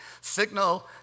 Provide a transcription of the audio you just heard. signal